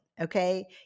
Okay